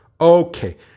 Okay